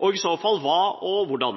og i så fall hva slags og hvordan.